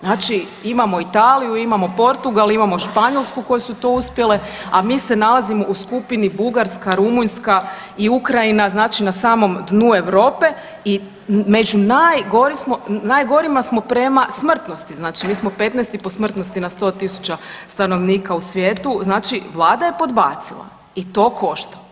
Znači imamo Italiju, imamo Portugal, imamo Španjolsku koje su to uspjele, a mi se nalazimo u skupini Bugarska, Rumunjska i Ukrajina, znači na samom dnu Europe i među najgorima smo prema smrtnosti, znači mi smo 15. po smrtnosti na 100.000 stanovnika u svijetu, znači vlada je podbacila i to košta.